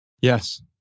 Yes